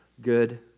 good